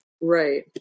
Right